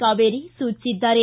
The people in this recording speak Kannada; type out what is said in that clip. ಕಾವೇರಿ ಸೂಚಿಸಿದ್ದಾರೆ